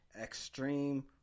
Extreme